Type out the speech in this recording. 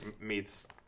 meets